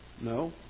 no